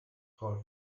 hot